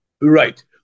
Right